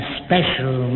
special